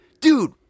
dude